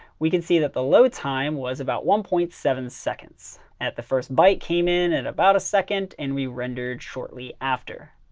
we can see that the load time was about one point seven seconds. at the first byte came in at and about a second, and we rendered shortly after.